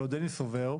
ועודני סובר,